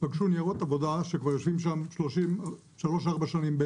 ולקחו ניירות עבודה שכבר יושבים שם לפחות שלוש-ארבע שנים.